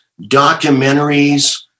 documentaries